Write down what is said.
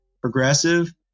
progressive